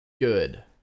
good